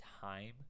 time